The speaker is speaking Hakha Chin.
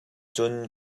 cun